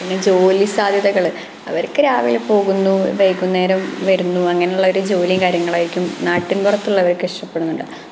പിന്നെ ജോലി സാദ്ധ്യതകള് അവരൊക്കെ രാവിലെ പോകുന്നു വൈകുന്നേരം വരുന്നു അങ്ങനെയുള്ള ഒരു ജോലിയും കാര്യങ്ങളും ആയിരിക്കും നാട്ടിന് പുറത്തുള്ളവര്ക്ക് ഇഷ്ടപ്പെടുന്നുണ്ടാവുക